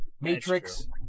Matrix